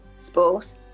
sports